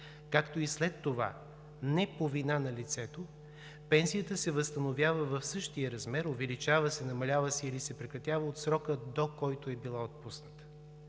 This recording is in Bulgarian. както и след това, не по вина на лицето, пенсията се възстановява в същия размер, увеличава, намалява или се прекратява от срока, до който е била отпусната.